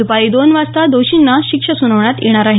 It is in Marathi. द्पारी दोन वाजता दोषींना शिक्षा सुनावण्यात येणार आहे